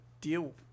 deal